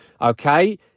okay